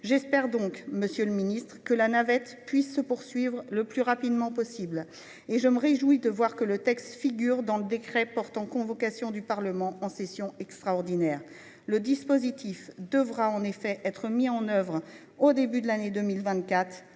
J'espère, donc, monsieur le secrétaire d'État, que la navette pourra se poursuivre le plus rapidement possible. Je me réjouis à cet égard que l'examen du texte figure dans le décret portant convocation du Parlement en session extraordinaire. Le dispositif devra en effet être mis en oeuvre au début de l'année 2024,